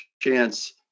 chance